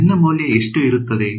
N ನ ಮೌಲ್ಯವು ಎಷ್ಟು ಇರುತ್ತದೆ